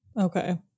Okay